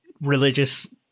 religious